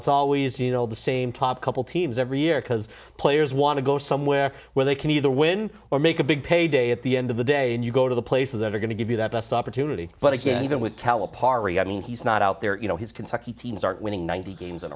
it's always you know the same top couple teams every year because players want to go somewhere where they can either win or make a big payday at the end of the day and you go to the places that are going to give you that best opportunity but again even with kalahari i mean he's not out there you know he's kentucky teams aren't winning ninety games in